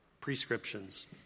Prescriptions